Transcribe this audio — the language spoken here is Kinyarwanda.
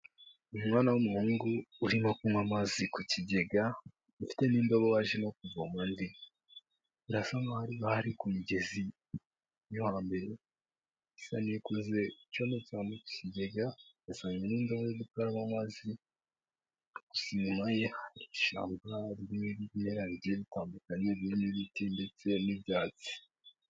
Umwana w'u muhungu urimo kunywa amazi ku ry'meragiye ritandukanye biindiibi